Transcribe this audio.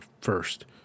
first